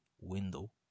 window